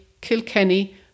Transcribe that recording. Kilkenny